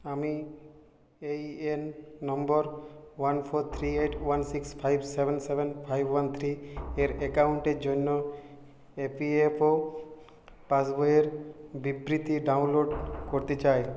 আমি এই N number one four three eight one six five seven seven five one থ্রিয়ের অ্যাকাউন্টের জন্য এপিএফও পাস বইয়ের বিবৃতি ডাউনলোড করতে চাই